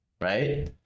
right